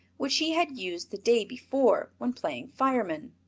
which he had used the day before when playing fireman.